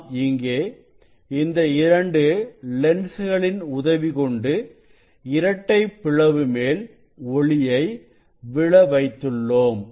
நாம் இங்கே இந்த இரண்டு லென்ஸ்களின் உதவிகொண்டு இரட்டை பிளவு மேல் ஒளியை விழ வைத்துள்ளோம்